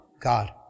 God